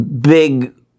Big